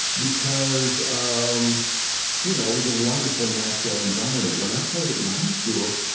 because um you know, it's a wonderful natural environment. when i played it in high school,